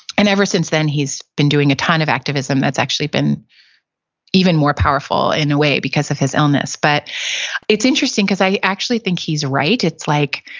and ever since then, he's been doing a ton of activism that's actually been even more powerful, in a way, because of his illness but it's interesting because i actually think he's right. it's like,